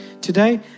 Today